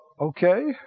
okay